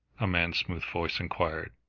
a man's smooth voice enquired.